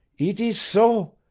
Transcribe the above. eet is so.